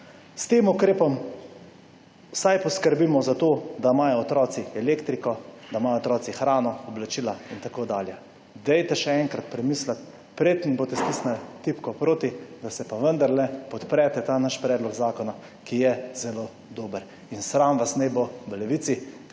S tem ukrepom vsaj poskrbimo za to, da imajo otroci elektriko, da imajo otroci hrano, oblačila in tako dalje. Dajte še enkrat premisliti, preden boste stisnili tipko proti, da se pa vendarle podprete ta naš predlog zakona, ki je zelo dober. In sram naj vas bo v Levici,